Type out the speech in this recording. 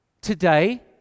today